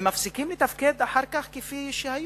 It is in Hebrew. אחר כך הם מפסיקים לתפקד כפי שתפקדו.